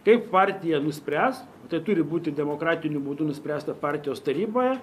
kaip partija nuspręs tai turi būti demokratiniu būdu nuspręsta partijos taryboje